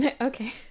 okay